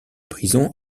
prisons